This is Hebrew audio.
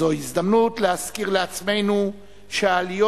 זוהי הזדמנות להזכיר לעצמנו שהעליות